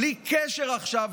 בלי קשר עכשיו,